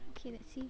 okay let's see